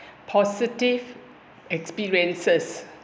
positive experiences